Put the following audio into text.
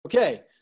Okay